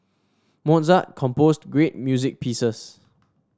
Mozart composed great music pieces